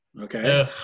okay